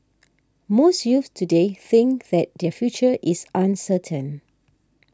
most youths today think that their future is uncertain